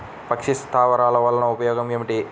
పక్షి స్థావరాలు వలన ఉపయోగం ఏమిటి?